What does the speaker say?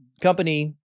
company